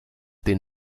den